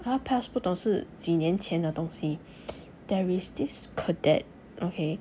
他的 past 不懂是几年前的东西 there is this cadet okay